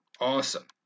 Awesome